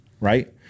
right